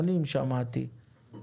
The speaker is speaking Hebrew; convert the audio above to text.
שמעתי שזה 80 מיליון שקל,